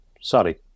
sorry